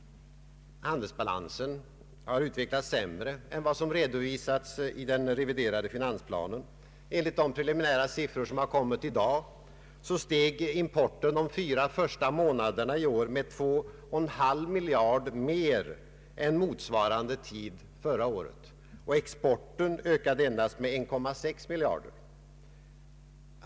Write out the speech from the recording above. Handelsbalansen har utvecklats sämre än vad som redovisas i den reviderade finansplanen. Enligt de preliminära siffror som framlagts i dag steg importen under de fyra första månader na i år med 2,5 miljarder mer än mot svarande tid förra året, och exporten ökade endast med 1,6 miljarder.